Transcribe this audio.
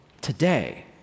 today